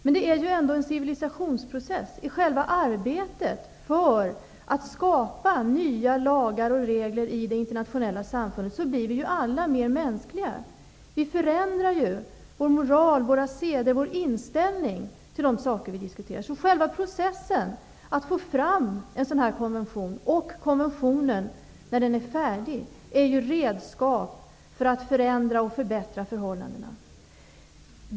Men det är ju ändå en civilisationsprocess. I själva arbetet för att skapa nya lagar och regler i det internationella samfundet blir vi alla mer mänskliga. Vi förändrar ju vår moral, våra seder och vår inställning till de saker som vi diskuterar. Så själva processen att få fram en sådan här konvention, och konventionen när den är färdig, är ju redskap för att förhållandena skall förändras och förbättras.